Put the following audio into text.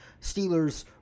Steelers